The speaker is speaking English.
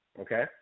okay